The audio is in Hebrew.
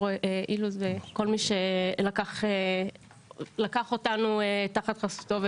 וכל מי שלקח אותנו תחת חסותו,